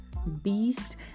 beast